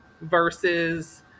versus